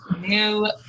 new